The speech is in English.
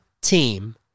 team